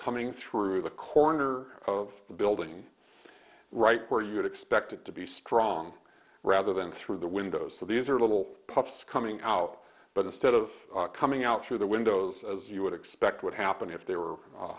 coming through the corner of the building right where you'd expect it to be strong rather than through the windows so these are little puffs coming out but instead of coming out through the windows as you would expect would happen if they were